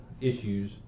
issues